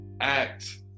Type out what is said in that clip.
act